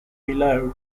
below